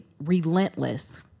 relentless